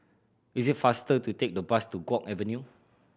it is faster to take the bus to Guok Avenue